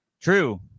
true